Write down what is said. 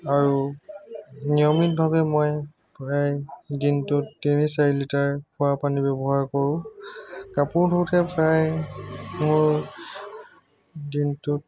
আৰু নিয়মিতভাৱে মই প্ৰায় মই দিনটোত তিনি চাৰি লিটাৰ খোৱা পানী ব্যৱহাৰ কৰো কাপোৰ ধুওতে প্ৰায় মোৰ দিনটোত